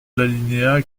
l’alinéa